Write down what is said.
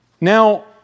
Now